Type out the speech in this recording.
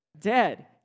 dead